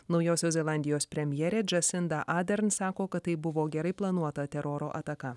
naujosios zelandijos premjerė džasinda adern sako kad tai buvo gerai planuotą teroro ataka